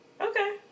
Okay